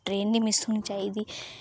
train नेईं miss होनी चाहिदी